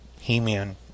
He-Man